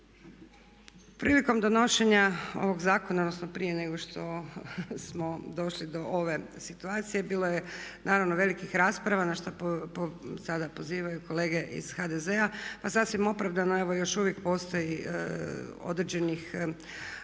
Prilikom donošenja ovoga zakona odnosno prije nego što smo došli do ove situacije bilo je naravno velikih rasprava na što sada pozivaju kolege iz HDZ-a. Pa sasvim opravdano, evo još uvijek postoji određenih nedoumica